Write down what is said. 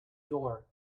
door